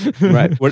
Right